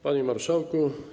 Panie Marszałku!